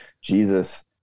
Jesus